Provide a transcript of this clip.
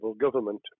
government